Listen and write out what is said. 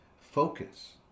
focus